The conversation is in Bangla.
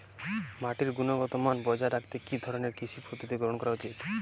মাটির গুনগতমান বজায় রাখতে কি ধরনের কৃষি পদ্ধতি গ্রহন করা উচিৎ?